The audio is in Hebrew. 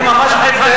מה עשית?